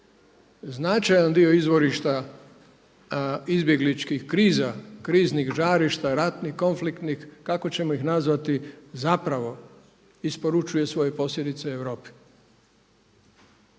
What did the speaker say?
značajan dio izvorišta izbjegličkih kriza, kriznih žarišta, ratnih, konfliktnih ili kako ćemo ih nazvati zapravo isporučuje svoje posljedice Europi.